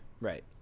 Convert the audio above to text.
Right